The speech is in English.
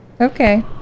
Okay